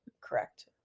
Correct